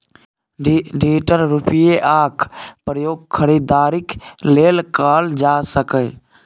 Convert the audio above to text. digital रुपैयाक प्रयोग खरीदारीक लेल कएल जा सकैए